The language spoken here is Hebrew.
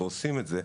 ועושים את זה,